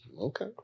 Okay